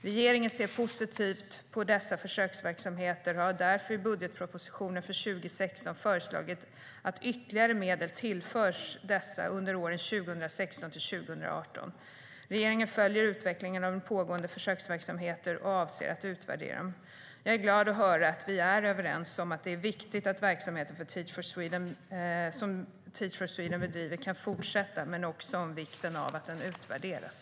Regeringen ser positivt på dessa försöksverksamheter och har därför i budgetpropositionen för 2016 föreslagit att ytterligare medel tillförs dessa under åren 2016-2018. Regeringen följer utvecklingen av pågående försöksverksamheter och avser att utvärdera dem. Jag är glad att höra att vi är överens om att det är viktigt att verksamheten som Teach for Sweden bedriver kan fortsätta men också om vikten av att den utvärderas.